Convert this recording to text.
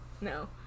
No